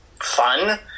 fun